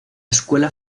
escuela